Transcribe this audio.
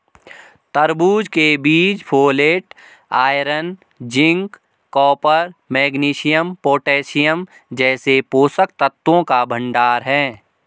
तरबूज के बीज folate, iron, zinc, copper, magnesium, potassium जैसे पोषक तत्वों का भंडार है